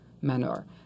manner